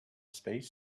space